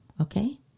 Okay